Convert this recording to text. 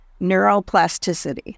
neuroplasticity